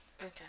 Okay